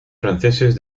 franceses